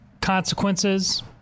consequences